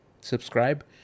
subscribe